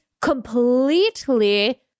completely